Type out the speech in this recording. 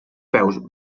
peus